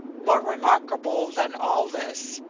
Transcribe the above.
more remarkable than all this,